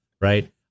right